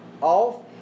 off